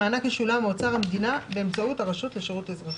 המענק ישולם מאוצר המדינה באמצעות הרשות לשירות אזרחי".